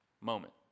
moment